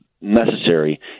necessary